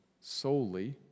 solely